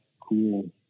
cool